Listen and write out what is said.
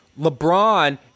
LeBron